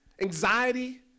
anxiety